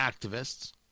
activists